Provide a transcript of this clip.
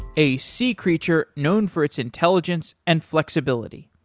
a sea creature known for its intelligence and flexibility.